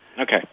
Okay